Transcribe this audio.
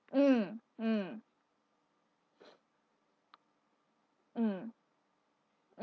mm mm mm mm